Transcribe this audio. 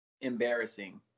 Embarrassing